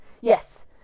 Yes